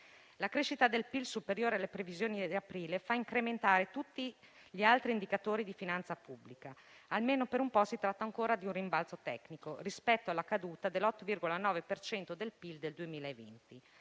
La crescita del PIL, superiore alle previsioni di aprile, fa incrementare tutti gli altri indicatori di finanza pubblica; almeno per un po' si tratta ancora di un rimbalzo tecnico rispetto alla caduta dell'8,9 per cento del PIL nel 2020.